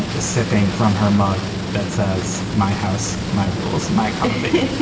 ah sipping from her mug that says my house, my rules, my coffee,